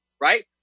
right